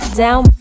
down